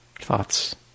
Thoughts